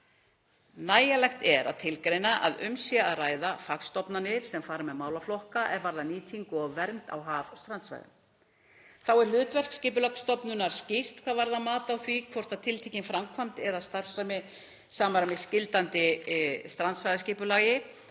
Nægjanlegt er að tilgreina að um sé að ræða fagstofnanir sem fara með málaflokka er varða nýtingu og vernd á haf- og strandsvæðum. Þá er hlutverk Skipulagsstofnunar skýrt hvað varðar mat á því hvort tiltekin framkvæmd eða starfsemi samræmist gildandi strandsvæðisskipulagi